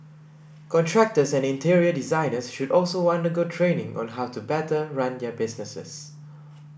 contractors and interior designers should also wonder go training on how to better run their businesses